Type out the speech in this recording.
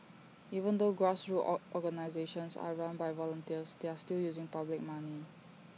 even though grassroots organisations are run by volunteers they are still using public money